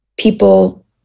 people